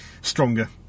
stronger